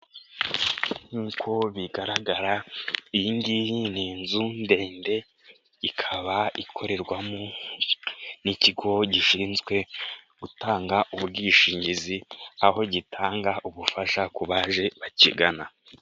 Nk'uko bigaragara iyi ngiyi ni inzu ndende ikaba ikorerwamo n'ikigo gishinzwe gutanga ubwishingizi, aho gitanga ubufasha ku baje bakigana.